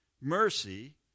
Mercy